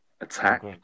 attack